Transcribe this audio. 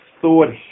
thought